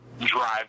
drive